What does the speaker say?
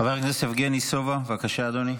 חבר הכנסת יבגני סובה, בבקשה, אדוני.